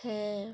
হ্যাঁ